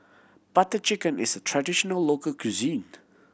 Butter Chicken is a traditional local cuisine